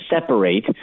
separate